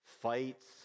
Fights